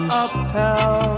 uptown